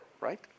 right